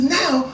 now